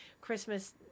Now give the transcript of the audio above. Christmas